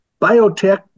Biotech